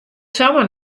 samar